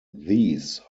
these